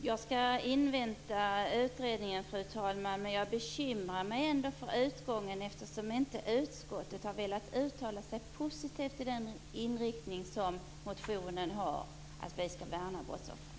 Fru talman! Jag skall invänta utredningen. Men jag bekymrar mig ändå för utgången eftersom utskottet inte har velat uttala sig positivt om den inriktning som motionen har, att vi skall värna brottsoffren.